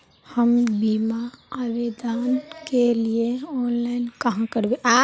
हम बीमा आवेदान के लिए ऑनलाइन कहाँ करबे?